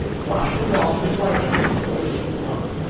wash the walls with whiting before it is put on.